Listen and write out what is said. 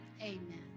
amen